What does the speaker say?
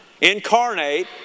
incarnate